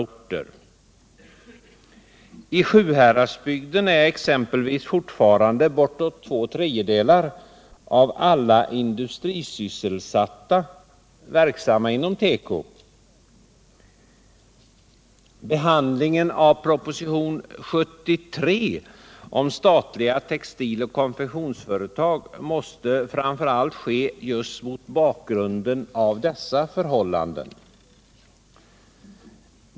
I t.ex. Sjuhäradsbygden är fortfarande bortåt två tredjedelar av alla industrisysselsatta verksamma inom teko. Behandlingen av propositionen 73 om statliga textiloch konfektionsföretag måste framför allt ske just mot bakgrund av dessa förhållanden.